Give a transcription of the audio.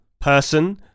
person